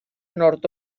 nord